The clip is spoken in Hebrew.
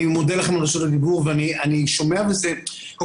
אני מודה לכם על רשות הדיבור ואני שומע וקודם כל